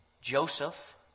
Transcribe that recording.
Joseph